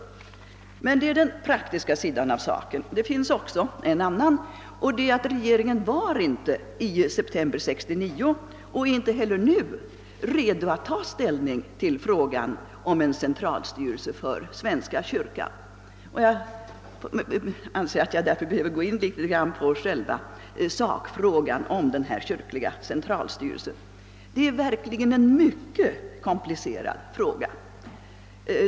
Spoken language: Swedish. Detta är alltså den praktiska sidan av saken, men det finns också en mer principiell, nämligen att regeringen i september 1969 inte var, liksom inte heller nu är, redo att ta ställning till spörsmålet om en centralstyrelse för svenska kyrkan. Därför anser jag mig något böra gå in på själva sakfrågan då det gäller den kyrkliga centralstyrelsen. Det är verkligen en mycket komplicerad fråga.